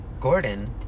Gordon